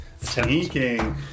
Sneaking